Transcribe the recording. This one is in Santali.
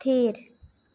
ᱛᱷᱤᱨ